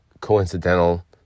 coincidental